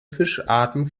fischarten